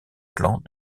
clans